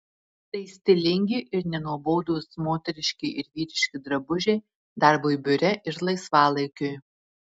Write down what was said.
tai stilingi ir nenuobodūs moteriški ir vyriški drabužiai darbui biure ir laisvalaikiui